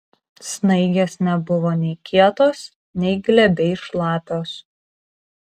snaigės nebuvo nei kietos nei glebiai šlapios